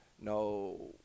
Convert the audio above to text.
no